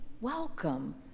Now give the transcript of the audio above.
welcome